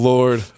Lord